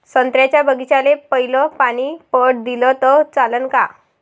संत्र्याच्या बागीचाले पयलं पानी पट दिलं त चालन का?